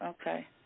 Okay